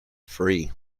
free